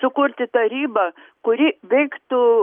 sukurti tarybą kuri veiktų